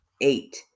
eight